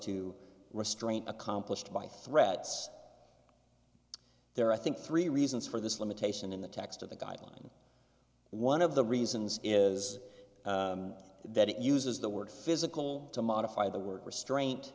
to restraint accomplished by threats there i think three reasons for this limitation in the text of the guideline one of the reasons is that it uses the word physical to modify the word restraint